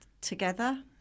together